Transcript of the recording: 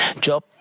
Job